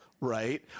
Right